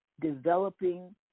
developing